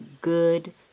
good